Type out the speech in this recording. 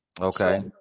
Okay